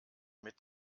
mit